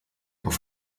auf